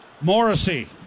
Morrissey